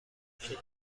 شکلشو